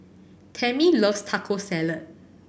Tammy loves Taco Salad